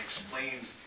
explains